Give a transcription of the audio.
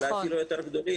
אולי אפילו יותר גדולים,